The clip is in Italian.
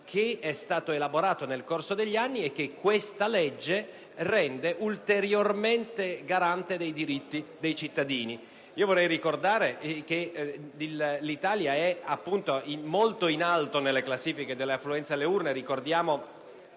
che è stato elaborato nel corso degli anni e che questa legge rende ulteriormente garante dei diritti dei cittadini. Vorrei ricordare che l'Italia è, appunto, molto in alto nella classifica dell'affluenza alle urne: